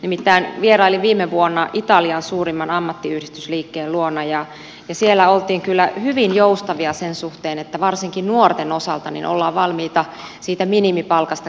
nimittäin vierailin viime vuonna italian suurimman ammattiyhdistysliikkeen luona ja siellä oltiin kyllä hyvin joustavia sen suhteen että varsinkin nuorten osalta ollaan valmiita siitä minimipalkasta keskustelemaan